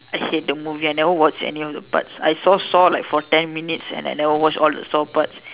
I hate the movie I never watched any of the parts I saw saw for like ten minutes and I never watched all the saw parts